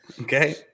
Okay